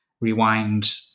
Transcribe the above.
rewind